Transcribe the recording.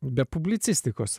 be publicistikos